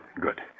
Good